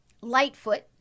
Lightfoot